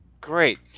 Great